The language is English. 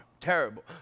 terrible